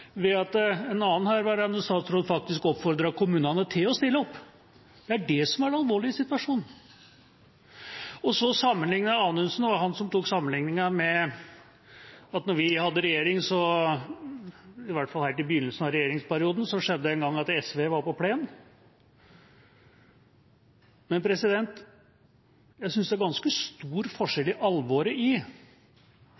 ved at en annen herværende statsråd faktisk oppfordret kommunene til å stille opp. Det er det som er det alvorlige i situasjonen. Så var det Anundsen, som tok sammenlikninga med at da vi satt i regjering, i hvert fall helt i begynnelsen av regjeringsperioden, skjedde det en gang at SV var på plenen. Jeg syns det er en ganske stor forskjell i alvoret